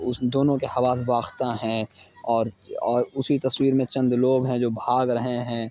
اس دونوں کے حواس باختہ ہیں اور اور اسی تصویر میں چند لوگ ہیں جو بھاگ رہے ہیں